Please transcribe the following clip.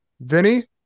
Vinny